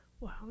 Wow